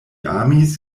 amis